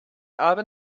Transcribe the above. urban